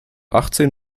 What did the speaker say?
achtzehn